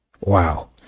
wow